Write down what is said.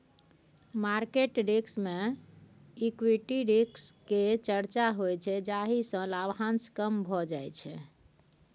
market risk मे equity risk केर चर्चा होइ छै जाहि सँ लाभांश कम भए जाइ छै